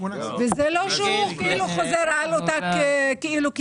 וזה לא שהוא חוזר על כיתה.